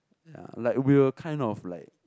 ya like we'll kind of like